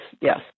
yes